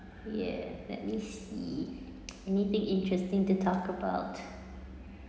ya let me see anything interesting to talk about